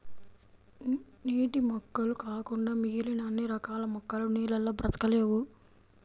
నీటి మొక్కలు కాకుండా మిగిలిన అన్ని రకాల మొక్కలు నీళ్ళల్లో బ్రతకలేవు